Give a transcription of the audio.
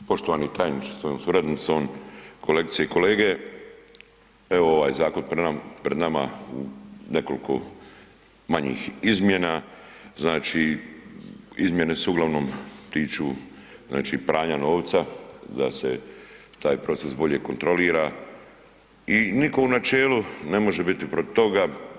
Poštovani tajniče sa svojom suradnicom, kolegice i kolege evo ovaj zakon pred nama, nekoliko manjih izmjena, znači izmjene se uglavnom tiču znači pranja novca da se taj proces bolje kontrolira i nitko u načelu ne može biti protiv toga.